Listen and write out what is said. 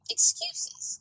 Excuses